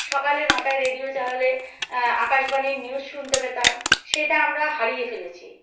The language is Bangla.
সকালে নটায় রেডিও চালালে আকাশবাণীর নিউজ শুনতে পেতাম সেটা আমরা হারিয়ে ফেলেছি